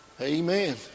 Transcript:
Amen